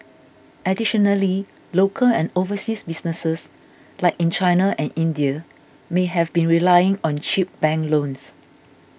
additionally local and overseas businesses like in China and India may have been relying on cheap bank loans